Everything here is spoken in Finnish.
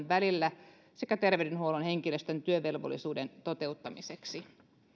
välillä sekä terveydenhuollon henkilöstön työvelvollisuuden toteuttamiseksi